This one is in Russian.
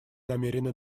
намерены